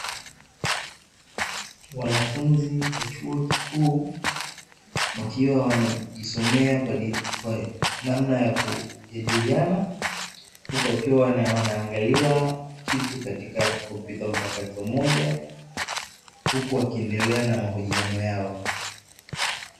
Wanafunzi wa chuo kikuu wakiwa wanajisomea kwa namna ya kujadiliana, huku wakiwa wanaangalia kitu katika kompyuta mpakato moja, huku wakiendelea na mahojiano yao.